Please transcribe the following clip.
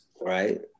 right